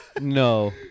No